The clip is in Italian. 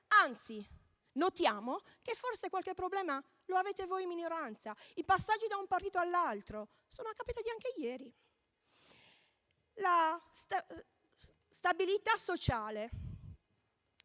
Anzi, notiamo che forse qualche problema lo avete voi di minoranza, con passaggi da un partito all'altro (sono capitati anche ieri). Stabilità sociale: